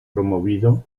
promovido